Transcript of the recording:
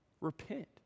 Repent